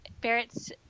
barrett's